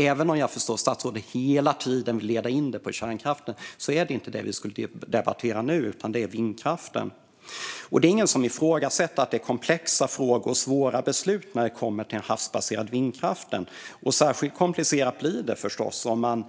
Även om jag förstår att statsrådet hela tiden vill leda in detta på kärnkraften är det inte det vi ska debattera nu, utan det är vindkraften. Det är ingen som ifrågasätter att det handlar om komplexa frågor och svåra beslut när det kommer till den havsbaserade vindkraften. Särskilt komplicerat blir det förstås om man